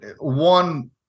one